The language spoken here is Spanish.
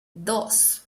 dos